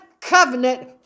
covenant